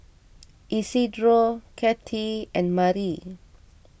Isidro Cathey and Mali